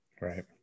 Right